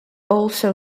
also